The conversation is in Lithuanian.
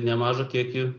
nemažą kiekį